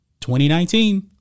2019